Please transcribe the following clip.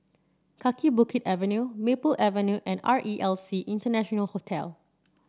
Kaki Bukit Avenue Maple Avenue and R E L C International Hotel